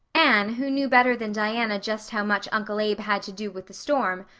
anne, who knew better than diana just how much uncle abe had to do with the storm,